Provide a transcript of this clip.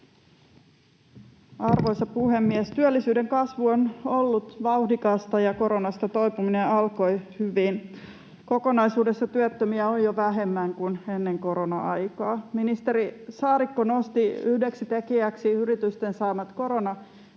Arvoisa puhemies! Työllisyyden kasvu on ollut vauhdikasta, ja koronasta toipuminen alkoi hyvin. Kokonaisuudessa työttömiä on jo vähemmän kuin ennen korona-aikaa. Ministeri Saarikko nosti yhdeksi tekijäksi yritysten saamat koronatuet,